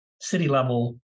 city-level